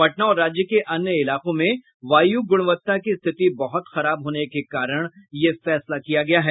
पटना और राज्य के अन्य इलाकों में वायु गुणवत्ता की स्थिति बहुत खराब होने के कारण यह फैसला किया गया है